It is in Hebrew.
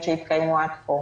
אבל ראוי שנאמר שבחך בפני כולם.